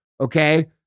okay